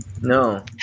No